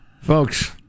Folks